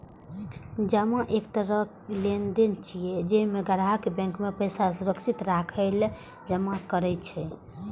जमा एक तरह लेनदेन छियै, जइमे ग्राहक बैंक मे पैसा सुरक्षित राखै लेल जमा करै छै